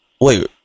Wait